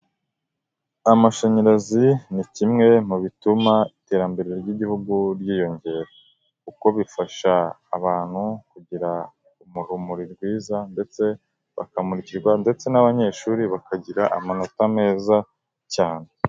Amashanyarazi ni kimwe mu bituma iterambere ry'igihugu ryiyongera, kuko bifasha abantu kugira urumuri rwiza ndetse bakamurikirwa ndetse n'abanyeshuri bakagira amanota meza cyane.